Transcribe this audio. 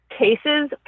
cases